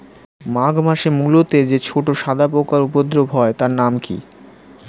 মাঘ মাসে মূলোতে যে ছোট সাদা পোকার উপদ্রব হয় তার নাম কি?